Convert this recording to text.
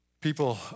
people